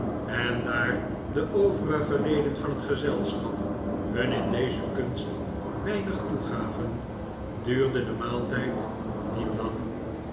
en daar de overige leden van het gezelschap hun in deze kunst weinig toegaven duurde de maaltijd niet lang